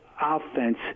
offense